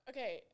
Okay